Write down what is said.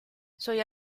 suoi